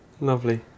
lovely